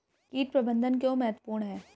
कीट प्रबंधन क्यों महत्वपूर्ण है?